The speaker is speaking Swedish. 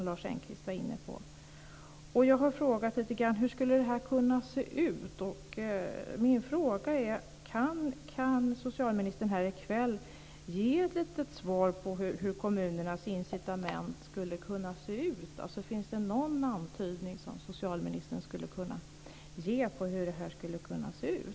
Jag har frågat hur det här skulle kunna se ut. Min fråga är: Kan socialministern här i kväll ge ett svar på hur kommunernas incitament skulle kunna se ut? Finns det någon antydning som socialministern skulle kunna ge på hur det skulle kunna se ut?